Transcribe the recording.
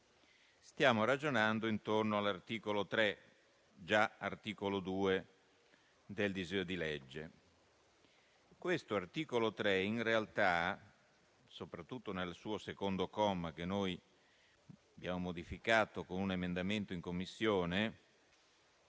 Stiamo ragionando intorno all'articolo 3, già articolo 2 del disegno di legge. Questo articolo 3, in realtà, soprattutto nel suo secondo comma che noi abbiamo modificato con un emendamento in Commissione,